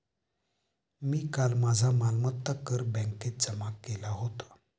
मी काल माझा मालमत्ता कर बँकेत जमा केला होता